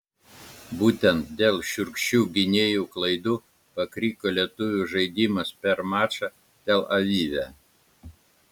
būtent dėl šiurkščių gynėjų klaidų pakriko lietuvių žaidimas per mačą tel avive